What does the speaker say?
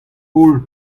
holl